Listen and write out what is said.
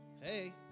hey